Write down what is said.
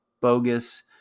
bogus